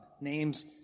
names